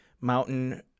mountain